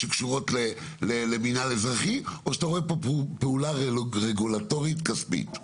שקשורות למינהל אזרחי או שאתה רואה פה פעולה רגולטורית כספית?